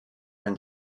and